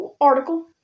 article